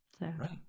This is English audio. Right